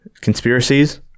conspiracies